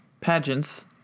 pageants